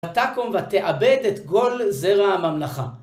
ותקום ותאבד את כל זרע הממלכה.